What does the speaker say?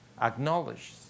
acknowledges